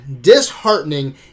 disheartening